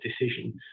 decision